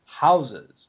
houses